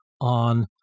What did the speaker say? on